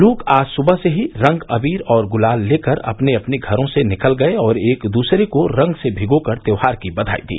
लोग आज सुबह से ही रंग अबीर और गुलाल लेकर अपने अपने घरो से निकल गये और एक दूसरे को रंग से भिगो कर त्योहार की बधाई दी